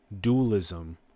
dualism